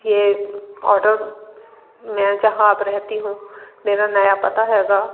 ये औडर मैं जहाँ अब रहती हूँ मेरा नया पता होगा